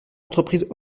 entreprise